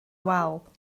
wal